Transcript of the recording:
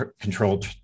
controlled